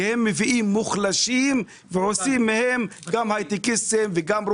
הם מביאים מוחלשים ומכשירים אותם להיות הייטקיסטים,